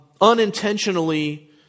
unintentionally